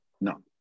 No